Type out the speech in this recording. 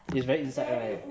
it's very inside right